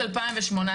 נכון.